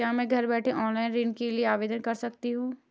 क्या मैं घर बैठे ऑनलाइन ऋण के लिए आवेदन कर सकती हूँ?